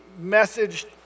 message